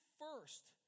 first